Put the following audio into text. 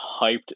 hyped